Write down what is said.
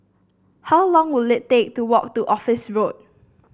how long will it take to walk to Office Road